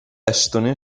estone